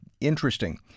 interesting